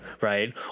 right